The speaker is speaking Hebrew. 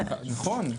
נכון.